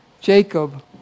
Jacob